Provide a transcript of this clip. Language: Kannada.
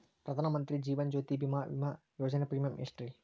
ಪ್ರಧಾನ ಮಂತ್ರಿ ಜೇವನ ಜ್ಯೋತಿ ಭೇಮಾ, ವಿಮಾ ಯೋಜನೆ ಪ್ರೇಮಿಯಂ ಎಷ್ಟ್ರಿ?